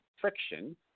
friction